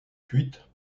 cuite